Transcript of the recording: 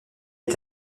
est